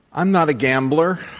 i'm not a gambler.